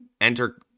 enter